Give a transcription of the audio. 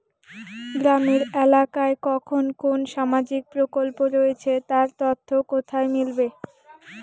গ্রামের এলাকায় কখন কোন সামাজিক প্রকল্প রয়েছে তার তথ্য কোথায় মিলবে?